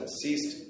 ceased